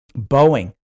Boeing